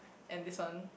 and this one